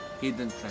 hidden